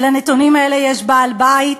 לנתונים האלה יש בעל-בית,